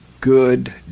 good